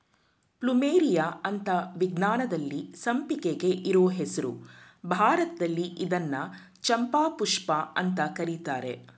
plumeria ಅಂತ ವಿಜ್ಞಾನದಲ್ಲಿ ಸಂಪಿಗೆಗೆ ಇರೋ ಹೆಸ್ರು ಭಾರತದಲ್ಲಿ ಇದ್ನ ಚಂಪಾಪುಷ್ಪ ಅಂತ ಕರೀತರೆ